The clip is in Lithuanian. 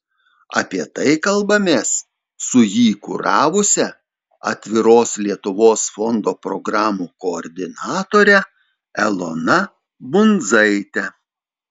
apie tai kalbamės su jį kuravusia atviros lietuvos fondo programų koordinatore elona bundzaite